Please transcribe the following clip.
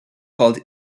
called